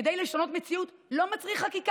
נגד האם יש מישהו שעוד לא הצביע?